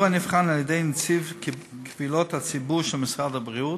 נבחן האירוע על-ידי נציב קבילות הציבור של משרד הבריאות,